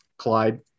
Clyde